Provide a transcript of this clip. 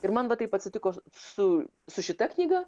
ir man va taip atsitiko su su šita knyga